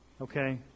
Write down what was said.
okay